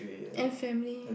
and family